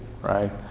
right